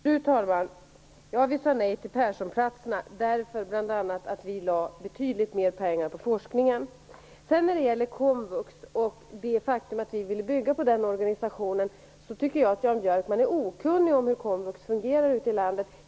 Fru talman! Ja, vi sade nej till Perssonplatserna, bl.a. därför att vi lade betydligt mer pengar på forskningen. När det gäller komvux och det faktum att vi vill bygga på den organisationen tycker jag att Jan Björkman är okunnig om hur komvux fungerar ute i landet.